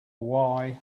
why